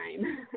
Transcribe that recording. time